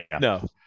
no